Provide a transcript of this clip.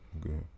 good